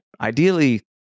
Ideally